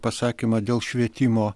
pasakymą dėl švietimo